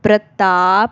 ਪ੍ਰਤਾਪ